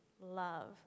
love